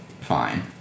Fine